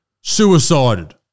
suicided